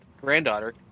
granddaughter